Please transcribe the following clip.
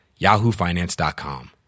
yahoofinance.com